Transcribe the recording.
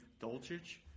Dolchich